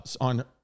on